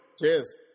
Cheers